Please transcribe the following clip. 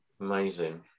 Amazing